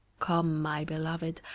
come, my beloved,